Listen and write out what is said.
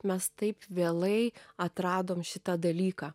mes taip vėlai atradom šitą dalyką